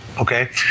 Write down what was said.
Okay